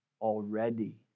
already